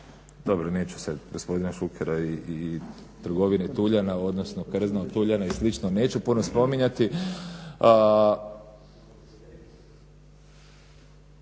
dobro neću sad gospodina Šukera i trgovine tuljana, odnosno krzno od tuljana i slično neću puno spominjati,